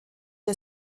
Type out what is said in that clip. der